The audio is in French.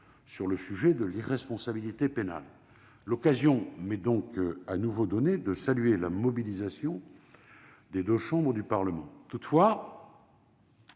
sur le sujet de l'irresponsabilité pénale. L'occasion m'est donc à nouveau donnée de saluer la mobilisation des deux chambres du Parlement. Toutefois,